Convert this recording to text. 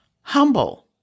humble